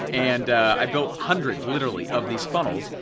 and i built hundreds, literally, of these funnels,